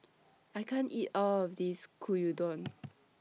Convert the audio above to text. I can't eat All of This Gyudon